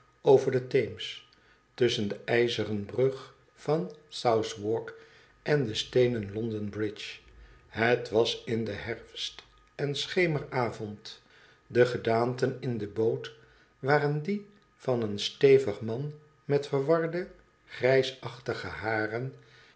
over den theems tusschen de ijzeren brug van south wark en de steenenlondon bridge het was in den herfst en schemeravond de gedaanten in de boot waren die van een stevig man met verwarde grijsachtige haren